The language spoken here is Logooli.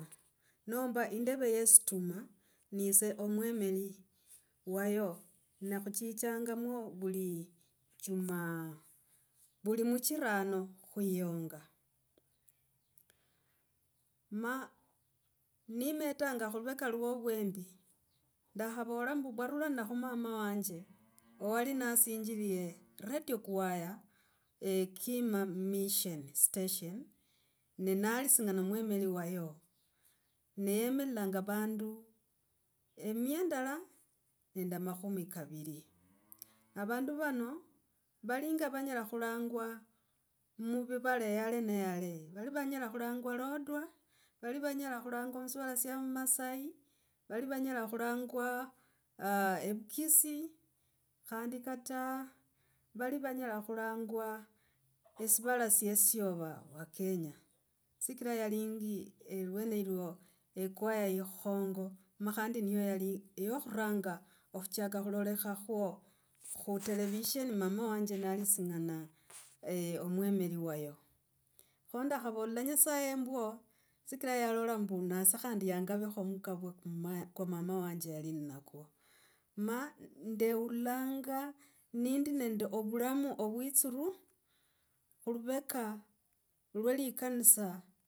Nomba yindeve ye situma, nise omwemiri wayo nekhutsitsanga mwo vuli jumaa, vuli muchirano khuyiyonga. Ma nimetanga khulweka lwo vwembi ndakhavala mbu vwarulana khu mama wanje wali nasinjirile ready choir chekima mission station ne nali singana mwemiri wayo, ne yemililanga vandu emia ndala nende a makhumi kaviri. Avandu vano valinga vanyela khulangwa muvilala yale ne yale. Vali vanyela khulangwa lodwar, vali vanyela khulangwa musivala sya vamasai, vali vanyela khulangwa aah evukisii khandi kata vali vanyela khulangwa esivala sies ova wa kenya. Sikra yalingi erwenoro echoir ikhongo, ma khandi niyo yali yakhuranga okhuchaka khulolekhakho khu television mama wanje nali singana omwemiri wayo kho ndakhavolela nyasaye mbwo sikra yalola mbu nase khandi yangavekho mukavwa kwa mama wanje yali nakwe wa ndeulanga nindi nende ovulamu ovitsuru khuluveka lwa likonusi.